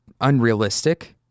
unrealistic